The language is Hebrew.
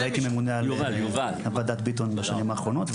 הייתי ממונה על ועדת ביטון בשנים האחרונות,